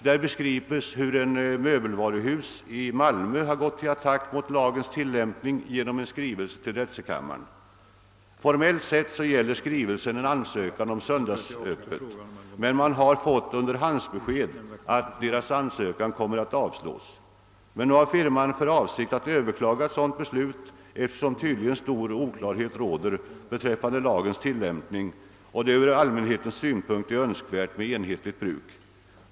Där beskrives, hur ett möbelvaruhus i Malmö gått till attack mot lagens tillämpning genom en skrivelse till drätselkammaren. Formellt sett gäller skrivelsen en ansökan om öppethållande på söndagar, men genom underhandsbesked vet man att den kommer att avslås. Firman har emellertid för avsikt att överklaga ett sådant beslut, eftersom stor oklarhet tydligen råder beträffande lagens tillämpning och det från allmänhetens synpunkt är önskvärt med enhetlig tillståndsgivning.